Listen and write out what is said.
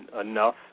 enough